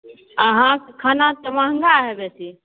अहाँके खाना तऽ महँगा हइ बेसी